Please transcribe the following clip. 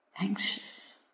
Anxious